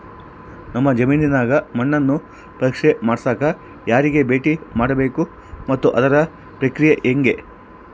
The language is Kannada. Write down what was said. ನಮ್ಮ ಜಮೇನಿನ ಮಣ್ಣನ್ನು ಪರೇಕ್ಷೆ ಮಾಡ್ಸಕ ಯಾರಿಗೆ ಭೇಟಿ ಮಾಡಬೇಕು ಮತ್ತು ಅದರ ಪ್ರಕ್ರಿಯೆ ಹೆಂಗೆ?